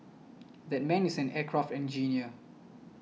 that man is an aircraft engineer